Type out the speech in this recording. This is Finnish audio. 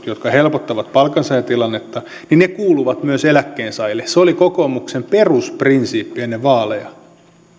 jotka helpottavat palkansaajatilannetta kuuluvat myös eläkkeensaajille se oli kokoomuksen perusprinsiippi ennen vaaleja